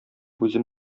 үзем